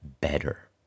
better